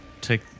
take